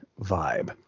vibe